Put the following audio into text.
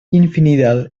infinidad